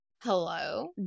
Hello